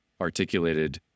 articulated